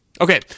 Okay